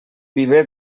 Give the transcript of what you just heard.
viver